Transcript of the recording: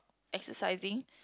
exercising